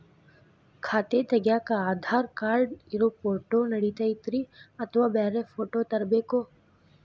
ಖಾತೆ ತಗ್ಯಾಕ್ ಆಧಾರ್ ಕಾರ್ಡ್ ಇರೋ ಫೋಟೋ ನಡಿತೈತ್ರಿ ಅಥವಾ ಬ್ಯಾರೆ ಫೋಟೋ ತರಬೇಕೋ?